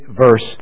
verse